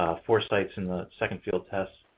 four sites in the second field test.